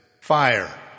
fire